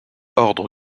ordre